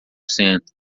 cento